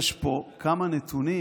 יש פה כמה נתונים